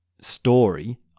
story